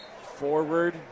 forward